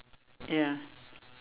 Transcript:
ya